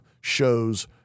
shows